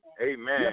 Amen